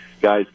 guys